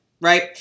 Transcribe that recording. right